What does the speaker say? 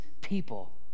people